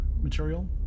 material